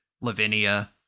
lavinia